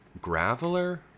Graveler